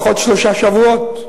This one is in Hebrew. עד לפני שלושה שבועות.